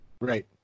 Right